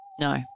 no